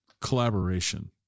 collaboration